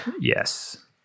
Yes